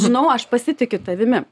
žinau aš pasitikiu tavimi